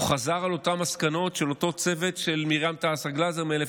הוא חזר על אותן מסקנות של אותו צוות של מרים גלזר תעסה מ-1987.